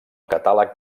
catàleg